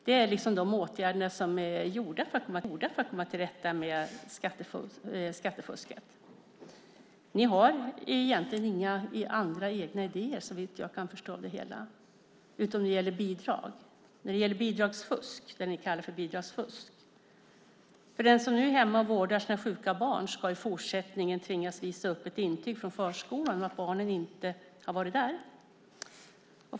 Det är liksom de åtgärder som är gjorda för att komma till rätta med skattefusket. Ni har egentligen inga andra egna idéer, såvitt jag kan förstå det hela, utom när det gäller det som ni kallar för bidragsfusk. Den som är hemma och vårdar sina sjuka barn ska i fortsättningen tvingas visa upp ett intyg från förskolan om att barnen inte har varit där.